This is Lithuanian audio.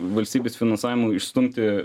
valstybės finansavimu išstumti